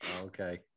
Okay